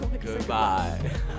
Goodbye